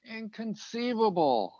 inconceivable